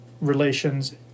relations